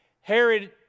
Herod